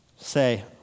say